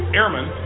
airmen